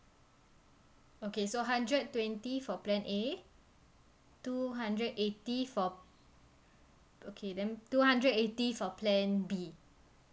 okay so hundred twenty for plan A two hundred eighty for okay then two hundred eighty for plan B